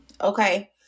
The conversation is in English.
okay